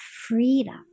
freedom